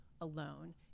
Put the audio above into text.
alone